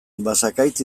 basakaitz